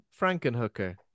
Frankenhooker